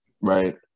Right